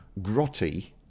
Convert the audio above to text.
Grotty